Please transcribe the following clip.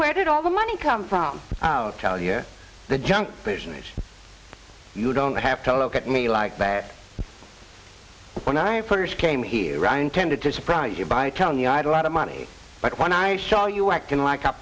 where did all the money come from tell you the junk you don't have to look at me like that when i first came here i intended to surprise you by telling you i do a lot of money but when i show you acting like